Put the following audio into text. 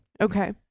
Okay